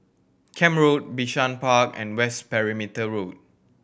Camp Road Bishan Park and West Perimeter Road